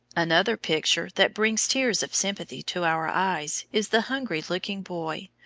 another picture, that brings tears of sympathy to our eyes, is the hungry-looking boy,